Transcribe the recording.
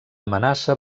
amenaça